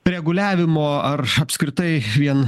reguliavimo ar apskritai vien